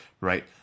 right